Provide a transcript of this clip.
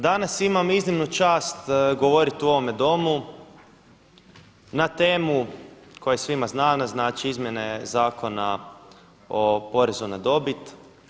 Danas imam iznimnu čast govoriti u ovome Domu na temu koja je svima znana, znači izmjene Zakona o porezu na dobit.